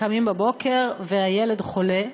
קמים בבוקר והילד חולה,